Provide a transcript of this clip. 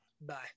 bye